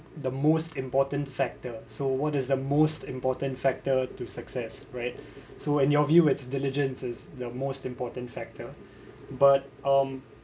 the most important factor so what is the most important factor to success right so and your view it's diligence is the most important factor but um